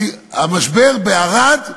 המשבר בערד נפתר.